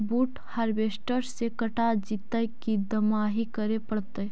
बुट हारबेसटर से कटा जितै कि दमाहि करे पडतै?